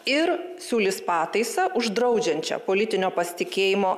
ir siūlys pataisą uždraudžiančią politinio pasitikėjimo